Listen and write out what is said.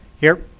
here.